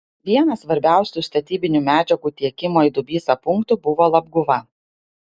vienas svarbiausių statybinių medžiagų tiekimo į dubysą punktų buvo labguva